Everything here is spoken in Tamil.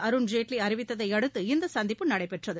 அருண்ஜேட்லி அறிவித்ததை அடுத்து இந்த சந்திப்பு நடைபெற்றது